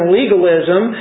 legalism